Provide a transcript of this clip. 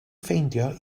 ffeindio